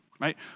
right